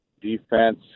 defense